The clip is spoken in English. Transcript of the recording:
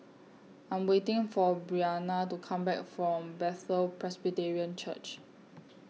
I'm waiting For Brianna to Come Back from Bethel Presbyterian Church